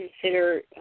consider